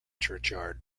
churchyard